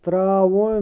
ترٛاوُن